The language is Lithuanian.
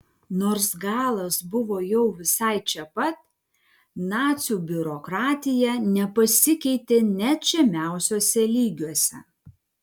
nors galas buvo jau visai čia pat nacių biurokratija nepasikeitė net žemiausiuose lygiuose